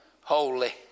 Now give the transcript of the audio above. holy